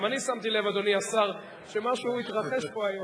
גם אני שמתי לב, אדוני השר, שמשהו התרחש פה היום.